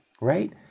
right